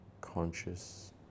conscious